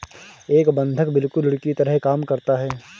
एक बंधक बिल्कुल ऋण की तरह काम करता है